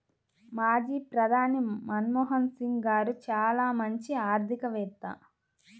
మాజీ ప్రధాని మన్మోహన్ సింగ్ గారు చాలా మంచి ఆర్థికవేత్త